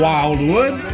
Wildwood